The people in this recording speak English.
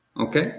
Okay